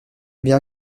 bien